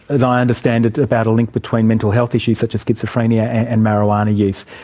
as i understand it, about a link between mental health issues such as schizophrenia and marijuana use.